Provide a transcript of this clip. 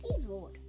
road